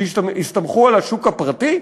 הסתמכו על השוק הפרטי?